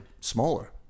smaller